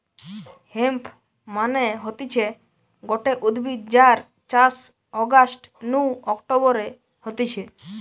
hemp মানে হতিছে গটে উদ্ভিদ যার চাষ অগাস্ট নু অক্টোবরে হতিছে